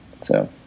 So-